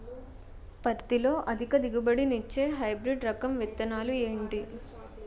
పత్తి లో అధిక దిగుబడి నిచ్చే హైబ్రిడ్ రకం విత్తనాలు ఏంటి